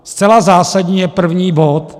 Zcela zásadní je první bod.